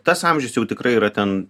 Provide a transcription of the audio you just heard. tas amžius jau tikrai yra ten